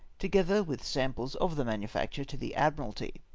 together with samples of the manufacture, to the admiralty.